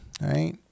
right